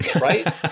right